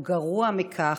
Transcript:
או גרוע מכך,